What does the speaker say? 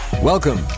Welcome